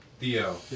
Theo